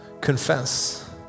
confess